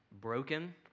broken